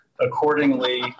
accordingly